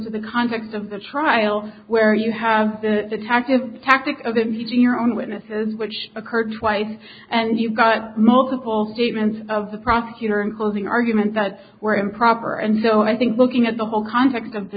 for the conduct of the trial where you have the detective tactic of impeaching your own witnesses which occurred twice and you've got multiple statements of the prosecutor in closing argument that were improper and so i think looking at the whole context of the